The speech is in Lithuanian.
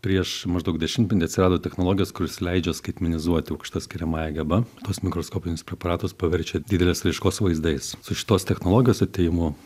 prieš maždaug dešimtmetį atsirado technologijos kurios leidžia skaitmenizuoti aukšta skiriamąja geba tuos mikroskopinius preparatus paverčia didelės raiškos vaizdais su šitos technologijos atėjimu